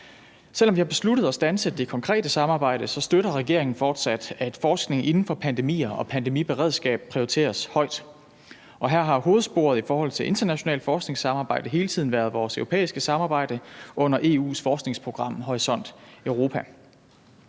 Selv om vi har besluttet at standse det konkrete samarbejde, støtter regeringen fortsat, at forskning inden for pandemier og pandemiberedskab prioriteres højt, og her har hovedsporet i forhold til internationalt forskningssamarbejde hele tiden været vores europæiske samarbejde under EU's forskningsprogram Horisont Europa.